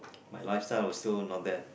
my lifestyle was still not bad